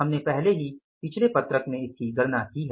हमने पहले ही पिछले पत्रक में इसकी गणना की है